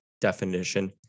definition